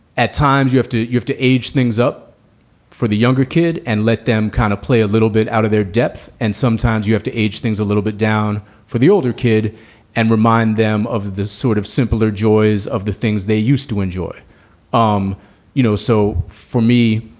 at times you have to you have to age things up for the younger kid and let them kind of play a little bit out of their depth. and sometimes you have to age things a little bit down for the older kid and remind them of this sort of simpler joys of the things they used to enjoy um you know, so for me,